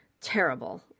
terrible